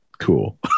Cool